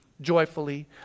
joyfully